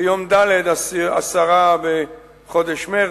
ביום רביעי, 10 בחודש מרס,